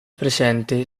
presente